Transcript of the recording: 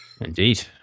Indeed